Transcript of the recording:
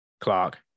Clark